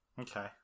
Okay